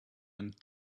and